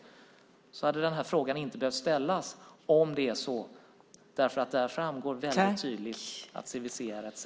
I så fall hade inte frågan behövt ställas, därför att där framgår väldigt tydligt att CVC är ett seriöst bolag.